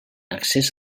accés